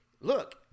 look